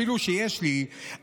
אפילו שיש לי,